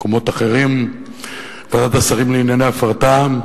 מקומות אחרים, ועדת השרים לענייני הפרטה.